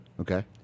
Okay